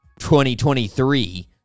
2023